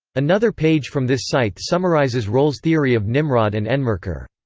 another page from this site summarizes rohl's theory of nimrod and enmerkar